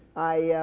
i